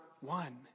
one